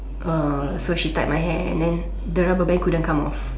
uh so she tied my hair and then the rubber band couldn't come of